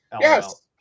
Yes